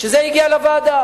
שזה הגיע לוועדה,